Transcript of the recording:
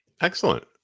excellent